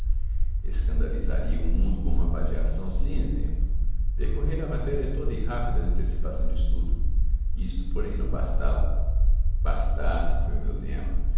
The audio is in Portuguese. vingança escandalizaria o mundo com uma vadiação sem exemplo percorrera a matéria toda em rápida antecipação de estudo isto porém não bastava bastasse foi o meu lema